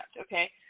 okay